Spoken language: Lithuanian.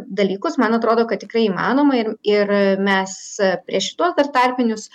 dalykus man atrodo kad tikrai įmanoma ir ir mes prieš šituos tuos tarpinius